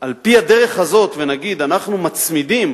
על-פי הדרך הזאת ונגיד: אנחנו מצמידים